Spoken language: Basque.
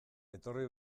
etorri